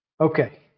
Okay